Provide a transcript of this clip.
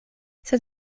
sed